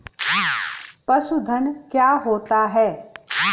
पशुधन क्या होता है?